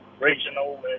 regional